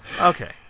Okay